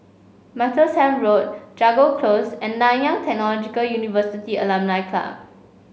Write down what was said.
Martlesham Road Jago Close and Nanyang Technological University Alumni Club